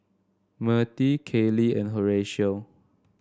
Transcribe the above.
Mirtie Kailey and Horatio